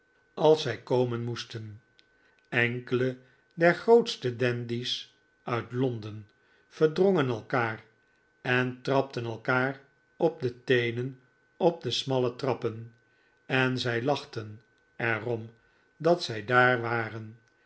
als zij komen moesten enkele der grootste dandies uit londen verdrongen elkaar en trapten elkaar op de teenen op de smalle trappen en zij lachten er om dat zij daar waren